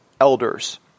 elders